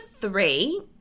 three